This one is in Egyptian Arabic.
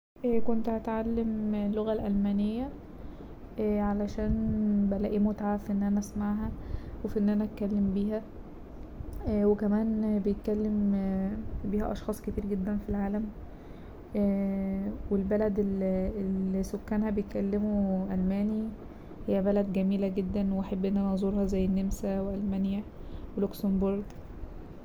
كنت هتعلم اللغة الألمانية علشان بلاقي متعة في ان انا اسمعها وفي ان انا اتكلم بيها وكمان بيتكلم بيها اشخاص كتير جدا في العالم والبلد ال- السكانها بيتكلموا ألماني هي بلد جميلة جدا واحب ان انا ازورها زي النمسا وألمانيا ولوكسمبورج.